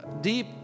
deep